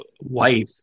wife